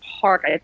Park